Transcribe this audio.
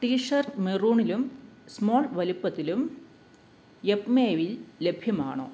tea shirt മെറൂണിലും small വലുപ്പത്തിലും യെപ്മേ യിൽ ലഭ്യമാണോ